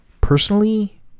personally